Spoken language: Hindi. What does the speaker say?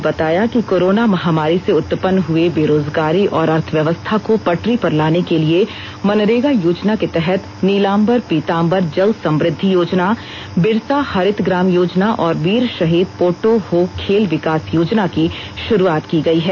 गोड्डा उपायुक्त किरण कमारी पासी ने बताया कि कोरोना महामारी से उत्पन्न हुए बेरोजगारी और अर्थव्यवस्था को पटरी पर लाने के लिए मनरेगा योजना के तहत नीलांबर पीतांबर जल समृद्धि योजना बिरसा हरित ग्राम योजना और वीर शहीद पोटो हो खेल विकास योजना की शुरुआत की गई है